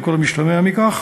על כל המשתמע מכך,